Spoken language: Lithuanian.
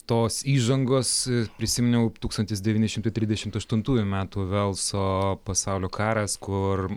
tos įžangos prisiminiau tūkstantis devyni šimtai trisdešimt aštuntųjų metų velso pasaulių karas kur